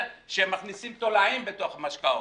אני שמח שיש פה אנשים ממשרד המשפטים.